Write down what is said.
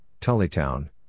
Tullytown